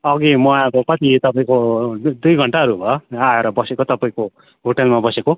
अघि म आएको कति तपाईँको दुई घन्टाहरू भयो आएर बसेको तपाईँको होटलमा बसेको